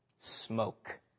smoke